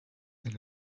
that